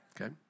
Okay